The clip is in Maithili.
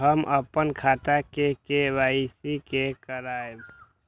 हम अपन खाता के के.वाई.सी के करायब?